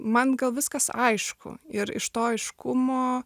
man gal viskas aišku ir iš to aiškumo